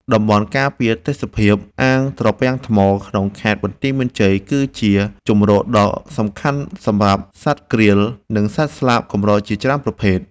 តំបន់ការពារទេសភាពអាងត្រពាំងថ្ម ក្នុងខេត្តបន្ទាយមានជ័យ គឺជាជម្រកដ៏សំខាន់សម្រាប់សត្វក្រៀល និងសត្វស្លាបកម្រជាច្រើនប្រភេទ។